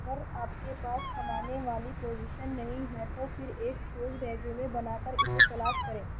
اگر آپ کے پاس کمانے والی پوزیشن نہیں ہے تو پھر ایک ٹھوس ریزیومے بنا کر اسے تلاش کریں